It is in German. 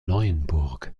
neuenburg